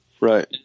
right